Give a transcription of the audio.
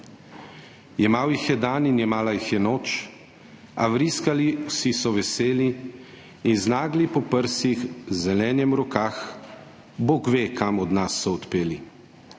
Jemal jih je dan in jemala jih noč, a vriskali vsi so veseli in z naglji po prsih, z zelenjem v rokah Bog ve kam od nas so odpeli.